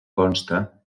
consta